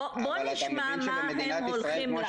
אבל